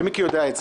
ומיקי יודע את זה.